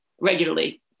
regularly